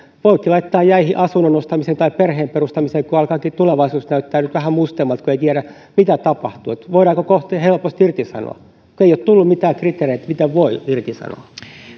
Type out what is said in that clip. voivatkin laittaa jäihin asunnon ostamisen tai perheen perustamisen kun alkaakin tulevaisuus näyttää nyt vähän mustemmalta kun ei tiedä mitä tapahtuu voidaanko kohta helposti irtisanoa kun ei ole tullut mitään kriteereitä miten voi irtisanoa